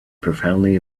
profoundly